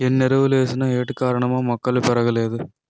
ఎన్నెరువులేసిన ఏటికారణమో మొక్కలు పెరగలేదు